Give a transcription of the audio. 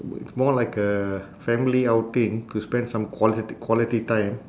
w~ more like a family outing to spend some quality quality time